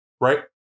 right